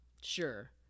sure